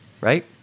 right